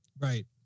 right